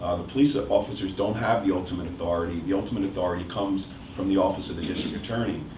ah the police ah officers don't have the ultimate authority. the ultimate authority comes from the office of the district attorney.